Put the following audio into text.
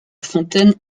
fontaine